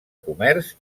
comerç